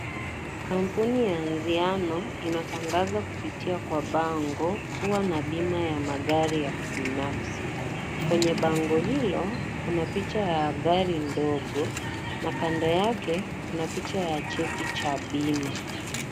Kampuni ya Nziano, inatangaza kupitia Kwa bango kuwa na pima ya kibnafsi. Kwenye bango hilo kuna picha ya gari ndogo na kando yake kuna picha cheti cha pima.